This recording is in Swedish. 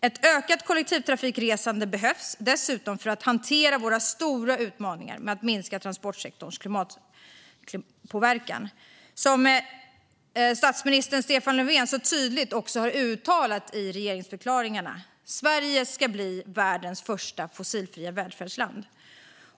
Ett ökat kollektivtrafikresande behövs dessutom för att hantera våra stora utmaningar med att minska transportsektorns klimatpåverkan. Som statsminister Stefan Löfven tydligt har uttalat i regeringsförklaringarna ska Sverige bli världens första fossilfria välfärdsland.